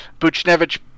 Buchnevich